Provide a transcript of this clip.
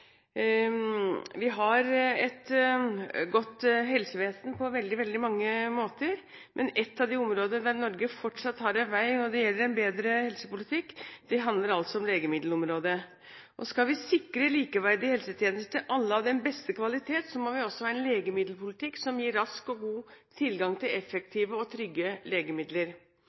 Vi har et godt helsevesen på veldig mange måter, men et av de områdene der Norge fortsatt har en vei å gå når det gjelder en bedre helsepolitikk, handler om legemidler. Skal vi sikre alle likeverdige helsetjenester av den beste kvalitet, må vi også ha en legemiddelpolitikk som gir rask og god tilgang til effektive og trygge legemidler.